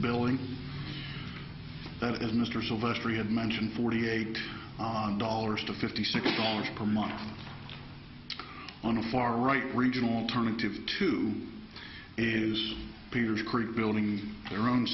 billing that as mr sylvester had mentioned forty eight dollars to fifty six dollars per month on a far right regional alternative to is peter creek building their own